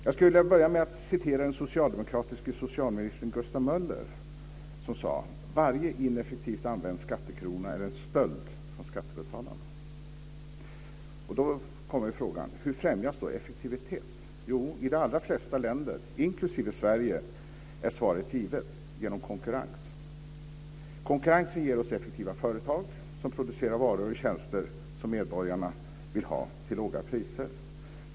Jag skulle vilja börja med att återge vad den socialdemokratiske socialministern Gustav Möller sade: Varje ineffektivt använd skattekrona är en stöld från skattebetalarna. Då kommer frågan: Hur främjas då effektivitet? I de allra flesta länder, inklusive Sverige, är svaret givet: genom konkurrens. Konkurrensen ger oss effektiva företag som producerar varor och tjänster som medborgarna vill ha till låga priser.